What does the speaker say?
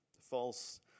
false